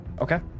Okay